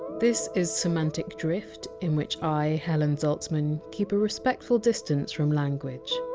this is semantic drift, in which i, helen zaltzman, keep a respectful distance from language.